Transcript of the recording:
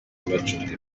bacunga